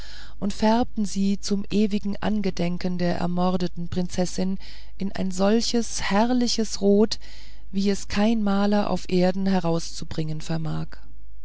und färbten sie zum ewigen andenken der ermordeten prinzessin in ein solches herrliches rot wie es kein maler auf erden herauszubringen vermag